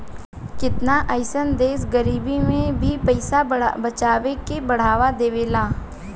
केतना अइसन देश गरीबी में भी पइसा बचावे के बढ़ावा देवेला